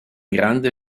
grande